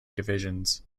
divisions